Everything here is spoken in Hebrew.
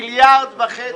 1.5 מיליארד שקלים.